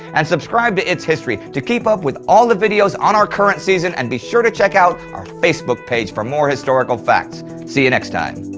and subscribe to it's history to keep up with all videos on our current season and be sure to check out our facebook page for more historical facts. see you next time.